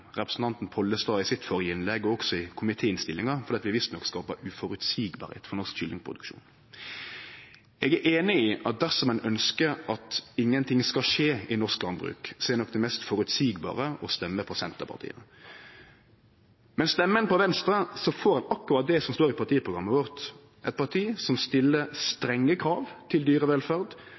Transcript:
representanten Pollestad i hans førre innlegg og også i komitéinnstillinga for at vi visstnok skaper uføreseielegheit for norsk kyllingproduksjon. Eg er einig i at dersom ein ønskjer at ingenting skal skje i norsk landbruk, er nok det mest føreseielege å stemme på Senterpartiet. Men stemmer ein på Venstre, får ein akkurat det som står i partiprogrammet vårt: eit parti som stiller strenge krav til dyrevelferd,